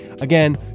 Again